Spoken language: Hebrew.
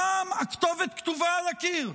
הפעם הכתובת כתובה על הקיר: